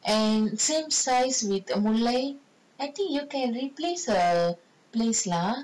and same size with the moonlight I think you can replace her place lah